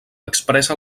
expressa